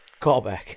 Callback